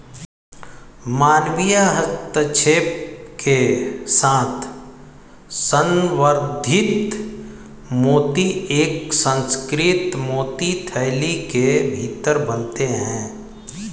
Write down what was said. मानवीय हस्तक्षेप के साथ संवर्धित मोती एक सुसंस्कृत मोती थैली के भीतर बनते हैं